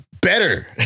better